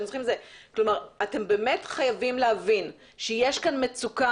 כלומר אתם באמת חייבים להבין שיש כאן מצוקה